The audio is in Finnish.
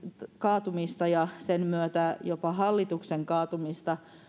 kaatumista ja sen myötä jopa hallituksen kaatumista